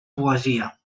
poesia